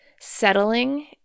settling